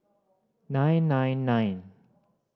nine nine nine